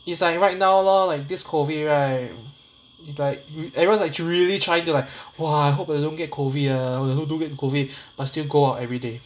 it's like right now lor this COVID right it's like everyone like really trying to like !wah! I hope I don't get COVID hope I don't get COVID but still go out every day